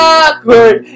awkward